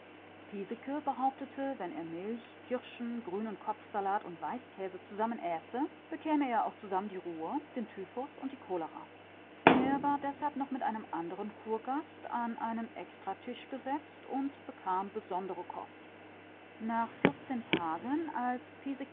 behauptete wenn er milch kirschen grünen kopfsalat und weißkäse zusammen äße bekäme er auch zusammen die ruhr den typhus und die cholera er war deshalb mit noch einem anderen kurgast an einen extratisch gesetzt und bekam besondere kost nach vierzehn tagen als